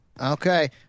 Okay